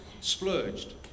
splurged